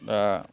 दा